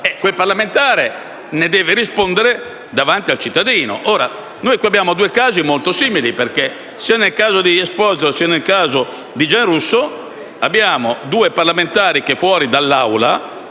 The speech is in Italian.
quel parlamentare ne deve rispondere davanti al cittadino. Ora qui abbiamo due casi molto simili, perché sia nel caso di Stefano Esposito che nel caso di Giarrusso abbiamo due parlamentari che fuori dall'Aula